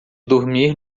dormir